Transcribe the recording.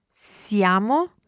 Siamo